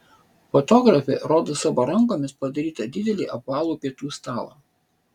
fotografė rodo savo rankomis padarytą didelį apvalų pietų stalą